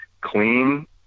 clean